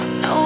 no